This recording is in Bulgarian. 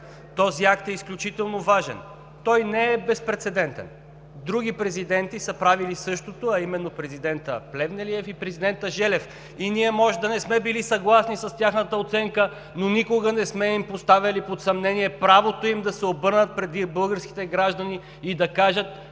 Този акт е изключително важен. Той не е безпрецедентен. Други президенти са правили същото, а именно президентът Плевнелиев и президентът Желев. Ние може да не сме били съгласни с тяхната оценка, но никога не сме поставяли под съмнение правото им да се обърнат към българските граждани и да кажат,